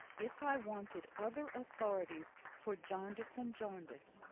if i wanted other authorities for jarndyce and jarndyce,